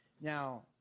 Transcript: Now